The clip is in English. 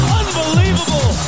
unbelievable